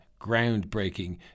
groundbreaking